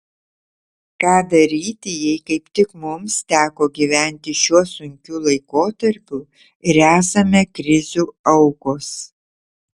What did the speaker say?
ką daryti jei kaip tik mums teko gyventi šiuo sunkiu laikotarpiu ir esame krizių aukos